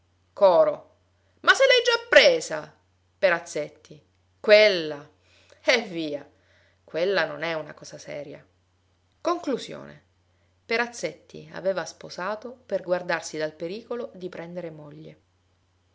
coro ma se l'hai già presa perazzetti quella eh via quella non è una cosa seria conclusione perazzetti aveva sposato per guardarsi dal pericolo di prendere moglie